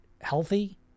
healthy